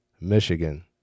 Michigan